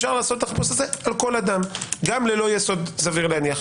אפשר לעשות את החיפוש הזה על כל אדם גם ללא יסוד סביר להניח.